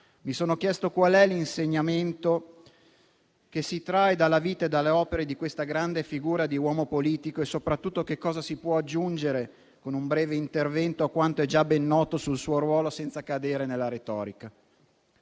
mi sono chiesto qual è l'insegnamento che si trae dalla vita e dalle opere di questa grande figura di uomo politico e, soprattutto, che cosa si può aggiungere con un breve intervento a quanto è già ben noto sul suo ruolo senza cadere nella retorica.